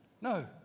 No